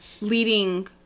leading